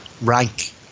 rank